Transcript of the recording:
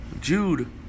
Jude